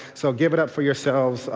so give it up for yourselves,